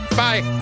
bye